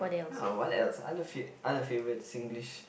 uh what else other other favorite Singlish